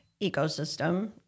ecosystem